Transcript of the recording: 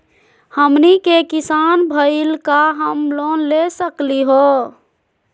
हमनी के किसान भईल, का हम लोन ले सकली हो?